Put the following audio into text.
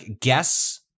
guess